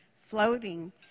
floating